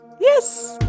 yes